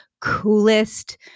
coolest